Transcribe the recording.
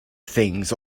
things